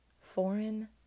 foreign